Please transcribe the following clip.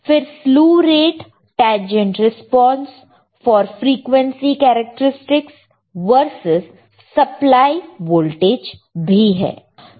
फिर slew rate tangent response frequency characteristics versus supply voltage भी है